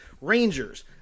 Rangers